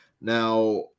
Now